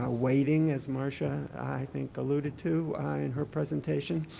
ah weighting, as marsha i think alluded to in her presentation,